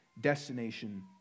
destination